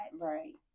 right